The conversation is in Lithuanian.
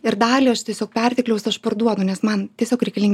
ir dalį aš tiesiog pertekliaus aš parduodu nes man tiesiog reikalingi